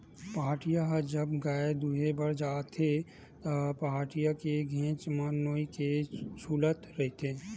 पहाटिया ह जब गाय दुहें बर आथे त, पहाटिया के घेंच म नोई ह छूलत रहिथे